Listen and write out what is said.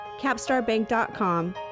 Capstarbank.com